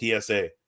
TSA